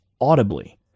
audibly